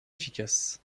efficace